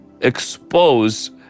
expose